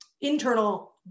internal